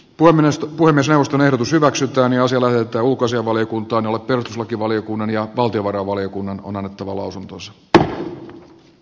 poiminnasta voimisjaoston ehdotus hyväksytään ja se on taulukossa valiokunta on ollut perustuslakivaliokunnan ja valtiovarainvaliokunnan on annettava lausuntonsa b maksukyvyttömäksi